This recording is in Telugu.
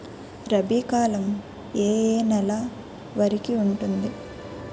రబీ కాలం ఏ ఏ నెల వరికి ఉంటుంది?